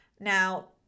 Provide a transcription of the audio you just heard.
Now